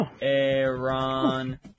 Aaron